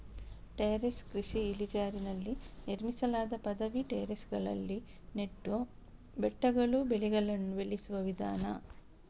terrace ಕೃಷಿ ಇಳಿಜಾರಿನಲ್ಲಿ ನಿರ್ಮಿಸಲಾದ ಪದವಿ ಟೆರೇಸುಗಳಲ್ಲಿ ನೆಟ್ಟು ಬೆಟ್ಟಗಳು ಬೆಳೆಗಳನ್ನು ಬೆಳೆಯುವ ವಿಧಾನ